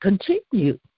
continue